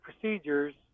procedures